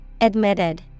Admitted